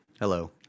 Hello